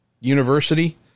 university